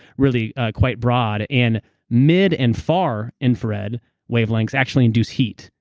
really quite broad and mid and far infrared wavelengths actually induce heat,